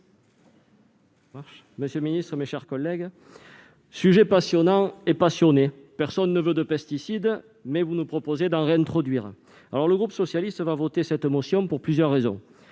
monsieur le ministre, mes chers collègues, c'est un sujet passionnant et passionné ! Personne ne veut des pesticides, mais vous nous proposez d'en réintroduire. Le groupe socialiste votera cette motion pour des raisons